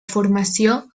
formació